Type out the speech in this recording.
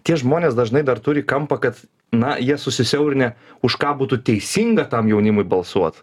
tie žmonės dažnai dar turi kampą kad na jie susisiaurinę už ką būtų teisinga tam jaunimui balsuot